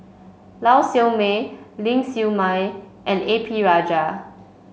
Lau Siew Mei Ling Siew May and A P Rajah